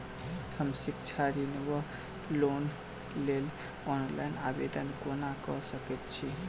हम शिक्षा ऋण वा लोनक लेल ऑनलाइन आवेदन कोना कऽ सकैत छी?